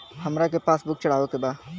हमरा के पास बुक चढ़ावे के बा?